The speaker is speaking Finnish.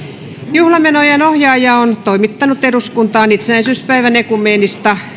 juhlamenojenohjaaja on toimittanut eduskuntaan itsenäisyyspäivän ekumeenista